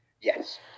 yes